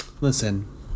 Listen